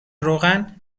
روغن